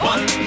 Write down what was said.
One